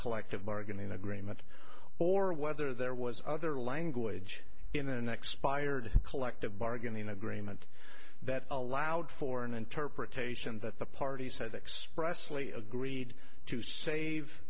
collective bargaining agreement or whether there was other language in an expired collective bargaining agreement that allowed for an interpretation that the parties said express lee agreed to save